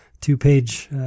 two-page